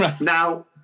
Now